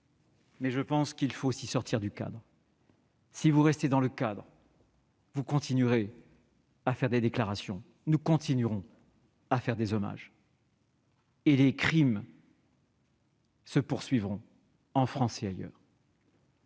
global et qu'il faut aussi sortir du cadre. Si vous restez dans le cadre, vous continuerez à faire des déclarations, nous continuerons à rendre des hommages et les crimes se poursuivront en France et ailleurs.